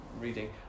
reading